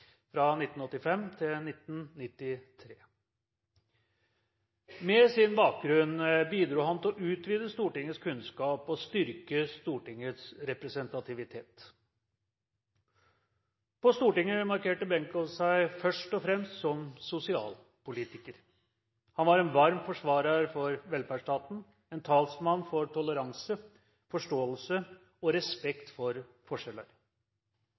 fra 1985 til 1993. Med sin bakgrunn bidro han til å utvide Stortingets kunnskap og styrke Stortingets representativitet. På Stortinget markerte Benkow seg først og fremst som sosialpolitiker. Han var en varm forsvarer for velferdsstaten. En talsmann for toleranse, forståelse og respekt for forskjeller.